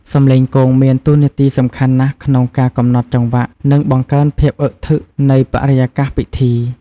សំឡេងគងមានតួនាទីសំខាន់ណាស់ក្នុងការកំណត់ចង្វាក់ និងបង្កើនភាពអឹកធឹកនៃបរិយាកាសពិធី។